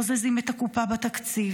בוזזים את הקופה בתקציב,